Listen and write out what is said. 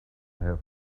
have